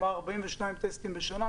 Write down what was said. זה אומר 42 טסטים בשנה.